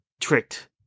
tricked